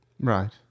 Right